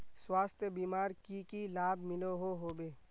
स्वास्थ्य बीमार की की लाभ मिलोहो होबे?